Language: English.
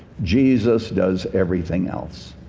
jesus does everything else.